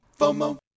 FOMO